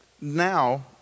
Now